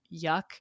yuck